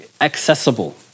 accessible